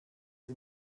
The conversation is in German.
sie